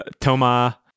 Toma